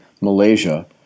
Malaysia